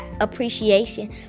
appreciation